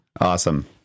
Awesome